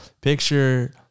picture